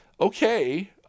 okay